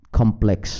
complex